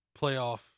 playoff